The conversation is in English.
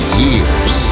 years